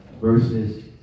verses